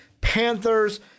Panthers